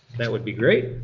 that would be great.